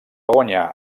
guanyar